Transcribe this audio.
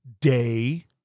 day